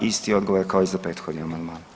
Isti odgovor kao i za prethodni amandman.